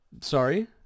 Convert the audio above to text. Sorry